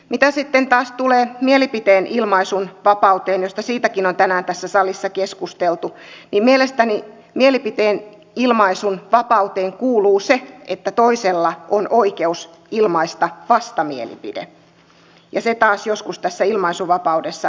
mitä sitten taas tulee mielipiteen ilmaisun vapauteen josta siitäkin on tänään tässä salissa keskusteltu niin mielestäni mielipiteen ilmaisun vapauteen kuuluu se että toisella on oikeus ilmaista vastamielipide ja se taas joskus tässä ilmaisunvapaudessa unohtuu